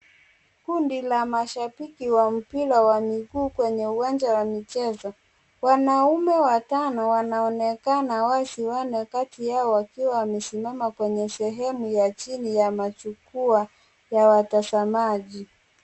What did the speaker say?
Kundi la mashabiki wa mpira wa miguu kwenye uwanja wa michezo. Wanaume watano wanaonekana wazi, wanne kati yao wakiwa wamesimama kwenye sehemu ya chini ya jukwaa ya watazamaji.